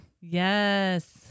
Yes